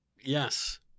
yes